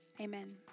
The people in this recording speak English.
Amen